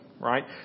right